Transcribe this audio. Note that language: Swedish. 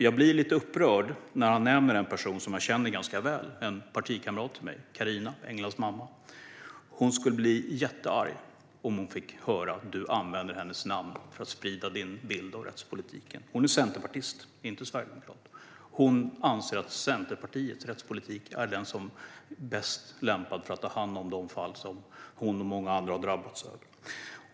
Jag blir lite upprörd när Adam Marttinen nämner en person som jag känner ganska väl. Det rör sig om en partikamrat till mig, nämligen Englas mamma Carina. Hon skulle bli jättearg om hon fick höra att du, Adam Marttinen, använder hennes namn för att sprida din bild av rättspolitiken. Hon är centerpartist, inte sverigedemokrat. Hon anser att Centerpartiets rättspolitik är den som är bäst lämpad för att ta hand om de fall som hon och många andra har drabbats av.